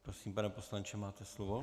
Prosím, pane poslanče, máte slovo.